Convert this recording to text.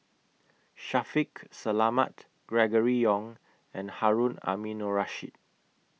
Shaffiq Selamat Gregory Yong and Harun Aminurrashid